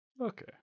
Okay